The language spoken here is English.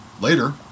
later